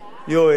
יואל,